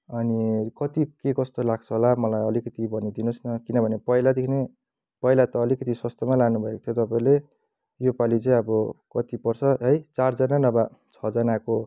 अनि कति के कस्तो लाग्छ होला मलाई अलिकति भनिदिनुहोस् न किनभने पहिलादेखि नै पहिला त अलिक सस्तोमा लानुभएको थियो तपाईँले यो पालि चाहिँ अब कति पर्छ है चारजना नभए छजनाको